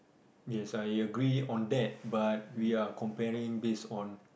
yes I agree on that but we are comparing base on